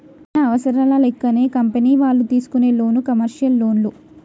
మన అవసరాల లెక్కనే కంపెనీ వాళ్ళు తీసుకునే లోను కమర్షియల్ లోన్లు